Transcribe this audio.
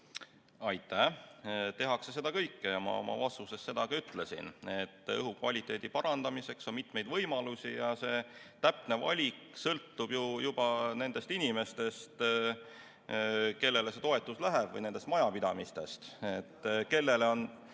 Aitäh! Tehakse seda kõike ja ma oma vastuses seda ka ütlesin. Õhukvaliteedi parandamiseks on mitmeid võimalusi ja täpne valik sõltub juba nendest inimestest, kellele see toetus läheb, või nendest majapidamistest. Kellele on